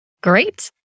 Great